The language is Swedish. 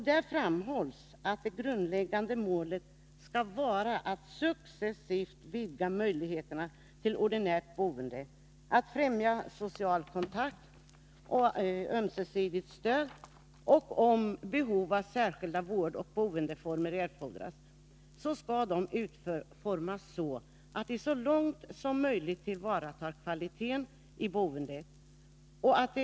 Där framhålls att det grundläggande målet skall vara att successivt vidga möjligheterna till ordinärt boende, att främja social kontakt och ömsesidigt stöd. Om särskilda vårdoch boendeformer erfordras, skall de utformas så att de så långt möjligt tillvaratar kvaliteten i boendet.